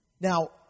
Now